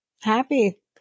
happy